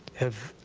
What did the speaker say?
have